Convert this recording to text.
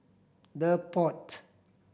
The Pod